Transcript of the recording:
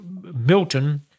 Milton